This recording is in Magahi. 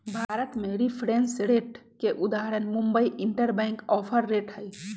भारत में रिफरेंस रेट के उदाहरण मुंबई इंटरबैंक ऑफर रेट हइ